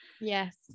yes